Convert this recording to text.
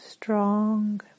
Strong